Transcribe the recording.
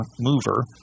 mover